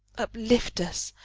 uplift us,